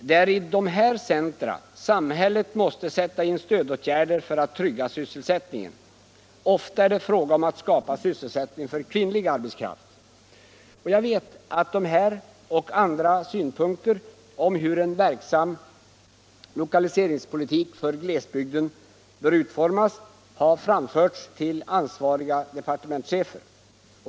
Det är i dessa centra som samhället måste sätta in stödåtgärder för att trygga sysselsättningen. Ofta är det fråga om att skapa sysselsättning för kvinnlig arbetskraft. Jag vet att de här synpunkterna och andra synpunkter om hur en verksam lokaliseringspolitik för glesbygden bör utformas har framförts till ansvariga departementschefer.